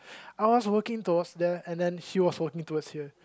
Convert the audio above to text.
I was walking towards there and then she was walking towards here